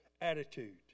attitude